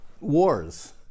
wars